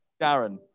Darren